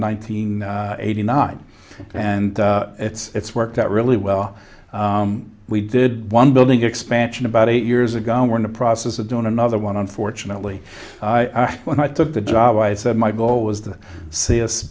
nineteen eighty nine and it's worked out really well we did one building expansion about eight years ago and we're in the process of doing another one unfortunately when i took the job i said my goal was to see